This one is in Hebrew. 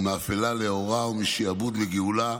ומאפלה לאורה ומשעבוד לגאולה,